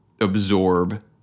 absorb